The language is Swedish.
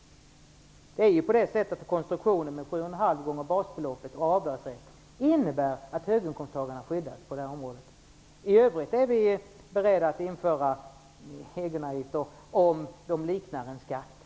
Det är ju vad konstruktionen med 7,5 x basbeloppet vad gäller avdragsrätten innebär. Det betyder alltså att höginkomsttagarna skyddas på detta område. I övrigt är vi beredda att införa egenavgifter om de liknar en skatt.